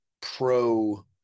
pro-